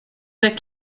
that